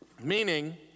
meaning